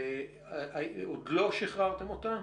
עוד לא שחררתם אותה?